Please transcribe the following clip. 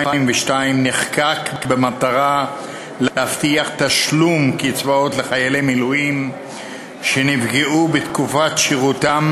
נחקק במטרה להבטיח תשלום קצבאות לחיילי מילואים שנפגעו בתקופת שירותם